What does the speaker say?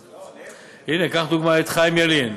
לדוגמה את חיים ילין.